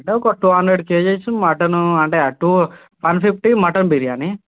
అంటే ఒక two hundred KGs మటనూ అంటే అటూ వన్ ఫిఫ్టీ మటన్ బిర్యానీ